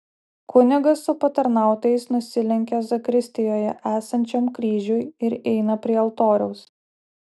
kunigas su patarnautojais nusilenkia zakristijoje esančiam kryžiui ir eina prie altoriaus